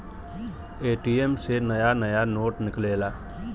ATM से नया नया नोट निकलेला